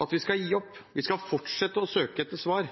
at vi skal gi opp. Vi skal fortsette å søke etter svar